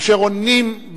אשר עונים,